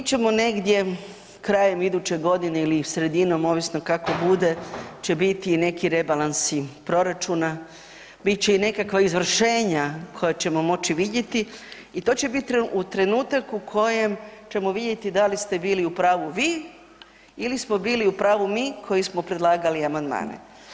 Mi ćemo negdje krajem iduće godine ili sredinom, ovisno kako bude, će biti i neki rebalansi proračuna, bit će i nekakva izvršenja koja ćemo moći vidjeti i to će bit trenutak u kojem ćemo vidjeti da li ste bili u pravu vi ili smo bili u pravu mi koji smo predlagali amandmane.